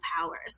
powers